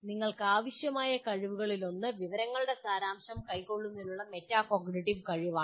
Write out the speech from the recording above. നിങ്ങൾക്കാവശ്യമായ കഴിവുകളിലൊന്ന് വിവരങ്ങളുടെ സാരാംശം കൈക്കൊള്ളുന്നതിനുള്ള മെറ്റാകോഗ്നിറ്റീവ് കഴിവാണ്